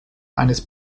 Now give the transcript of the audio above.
eines